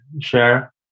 share